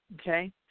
Okay